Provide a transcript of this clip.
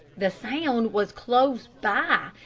the sound was close by,